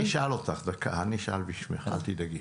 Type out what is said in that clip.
אני אשאל בשמך, אל תדאגי.